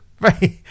Right